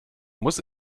muss